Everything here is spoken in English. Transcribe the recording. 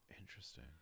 Interesting